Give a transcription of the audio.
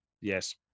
Yes